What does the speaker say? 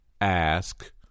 Ask